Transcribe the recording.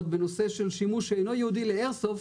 בנושא של שימוש שאינו ייעודי לאיירסופט.